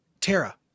Tara